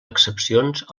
excepcions